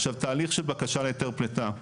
עכשיו תהליך של בקשה להיתר פלטה,